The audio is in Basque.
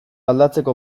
aldatzeko